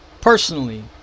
personally